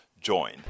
join